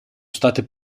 state